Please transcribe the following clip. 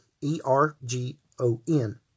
E-R-G-O-N